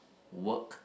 work